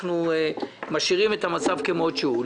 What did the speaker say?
אנחנו משאירים את המצב כמות שהוא.